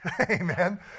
Amen